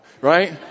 right